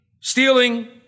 stealing